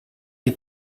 die